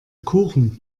kuchen